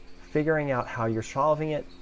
figuring out how you're solving it,